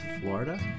Florida